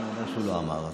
הוא אומר שהוא לא אמר.